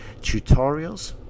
tutorials